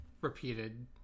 repeated